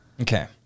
Okay